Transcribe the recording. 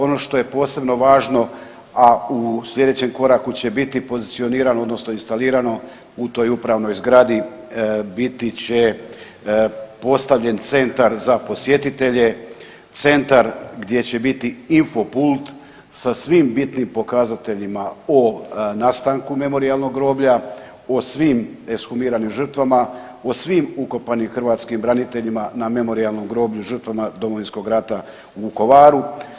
Ono što je posebno važno, a u slijedećem koraku će biti pozicionirano odnosno instalirano u toj upravnoj zgradi biti će postavljen centar za posjetitelje, centar gdje će biti info pult sa svim bitnim pokazateljima o nastanku Memorijalnog groblja, o svim ekshumiranim žrtvama, o svim ukopanim hrvatskim braniteljima na Memorijalnom groblju žrtvama Domovinskog rata u Vukovaru.